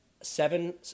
seven